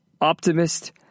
Optimist